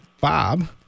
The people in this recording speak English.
Bob